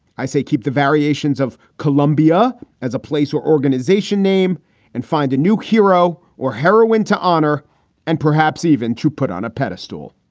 i say keep the variations of columbia as a place or organization name and find a new hero or heroine to honor and perhaps even to put on a pedestal